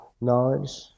knowledge